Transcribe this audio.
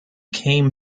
came